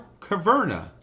Caverna